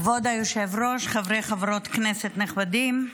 כבוד היושב-ראש, חברי וחברות כנסת נכבדים,